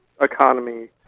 economy